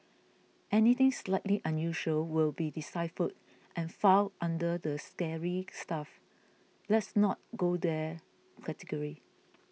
anything slightly unusual will be deciphered and filed under the scary stuff let's not go there category